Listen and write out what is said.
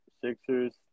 Sixers